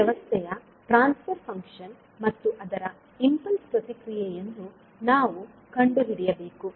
ಈ ವ್ಯವಸ್ಥೆಯ transfer function ಮತ್ತು ಅದರ ಇಂಪಲ್ಸ್ ಪ್ರತಿಕ್ರಿಯೆಯನ್ನು ನಾವು ಕಂಡುಹಿಡಿಯಬೇಕು